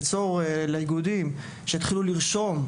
של ליצור איגודים שיתחילו לרשום,